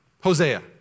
Hosea